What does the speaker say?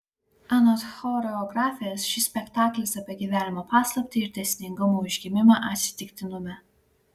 anot choreografės šis spektaklis apie gyvenimo paslaptį ir dėsningumo užgimimą atsitiktinume